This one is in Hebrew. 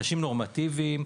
באנשים נורמטיביים,